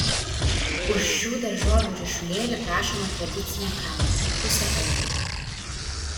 už šių daržovių ryšulėlį prašoma tradicinė kaina pusė euro